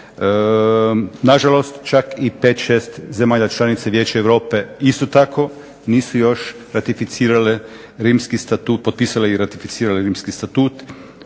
Na žalost čak i pet, šest zemalja članica Vijeća Europe isto tako nisu još ratificirale Rimski statut, potpisale i ratificirale Rimski statut